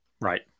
Right